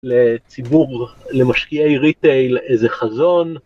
לציבור. למשקיעי ריטייל איזה חזון.